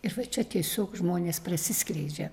ir va čia tiesiog žmonės prasiskleidžia